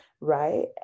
Right